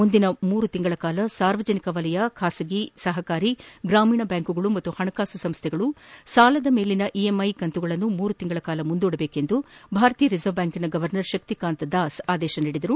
ಮುಂದಿನ ಮೂರು ತಿಂಗಳ ಕಾಲ ಸಾರ್ವಜನಿಕ ವಲಯ ಖಾಸಗಿ ಸಹಕಾರಿ ಗ್ರಾಮೀಣಾ ಬ್ಯಾಂಕುಗಳು ಮತ್ತು ಹಣಕಾಸು ಸಂಸ್ಥೆಗಳು ಸಾಲದ ಮೇಲಿನ ಇಎಂಐ ಕಂತುಗಳನ್ನು ಮೂರು ತಿಂಗಳ ಕಾಲ ಮುಂದೂಡುವಂತೆ ಭಾರತೀಯ ರಿಸರ್ವ್ ಬ್ಯಾಂಕಿನ ಗೌರ್ನರ್ ಶಕ್ತಿಕಾಂತ್ ದಾಸ್ ಆದೇಶಿಸಿದ್ದಾರೆ